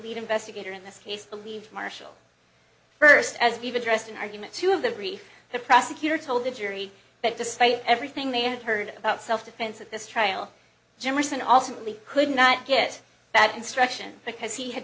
lead investigator in this case believed marshall first as we've addressed in argument two of the brief the prosecutor told the jury that despite everything they had heard about self defense at this trial generous and also really could not get that instruction because he had